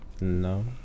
No